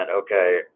Okay